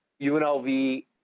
UNLV